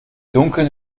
dunkeln